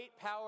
power